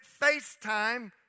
FaceTime